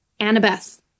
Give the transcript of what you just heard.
Annabeth